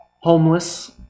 homeless